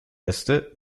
äste